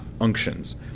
unctions